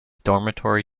dormitory